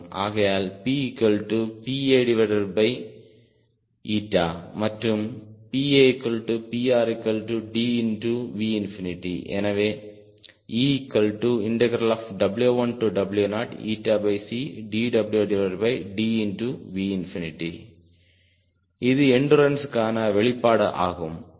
ஆகையால் PPA மற்றும் PAPRDV எனவே EW1W0 இது எண்டுறன்ஸ்க்கான வெளிப்பாடு ஆகும்